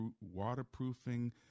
waterproofing